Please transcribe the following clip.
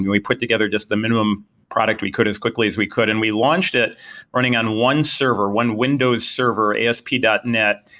we put together just the minimum product we could as quickly as we could, and we launched it running on one server, one windows server, asp yeah dot net,